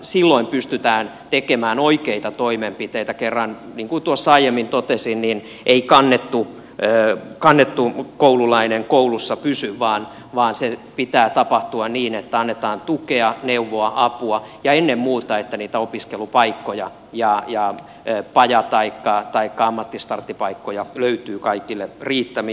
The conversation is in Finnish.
silloin pystytään tekemään oikeita toimenpiteitä kun niin kuin tuossa aiemmin totesin ei kannettu koululainen koulussa pysy vaan sen pitää tapahtua niin että annetaan tukea neuvoa apua ja ennen muuta niin että niitä opiskelupaikkoja ja paja taikka ammattistarttipaikkoja löytyy kaikille riittämiin